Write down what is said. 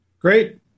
Great